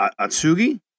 Atsugi